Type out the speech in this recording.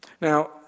Now